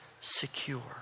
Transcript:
secure